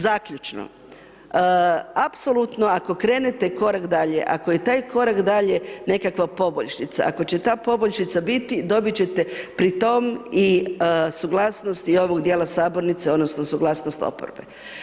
Zaključno, apsolutno ako krenete korak dalje, ako je taj korak dalje nekakva poboljšica, ako će ta poboljšica biti dobiti ćete pri tome i suglasnost i ovog dijela sabornice, odnosno suglasnost oporbe.